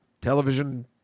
television